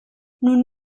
nun